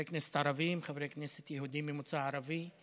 חברי כנסת ערבים, חברי כנסת יהודים ממוצא ערבי.